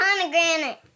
pomegranate